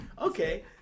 Okay